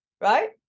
right